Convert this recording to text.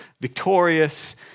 victorious